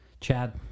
Chad